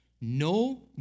no